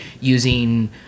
using